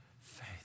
faith